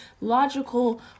logical